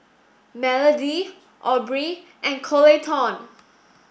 Melody Aubree and Coleton